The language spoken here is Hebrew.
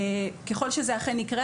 ככל שזה אכן יקרה,